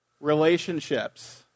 Relationships